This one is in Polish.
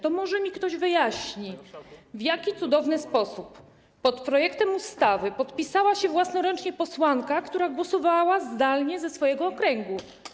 To może mi ktoś wyjaśni, w jaki cudowny sposób pod projektem ustawy podpisała się własnoręcznie posłanka, która głosowała zdalnie ze swojego okręgu.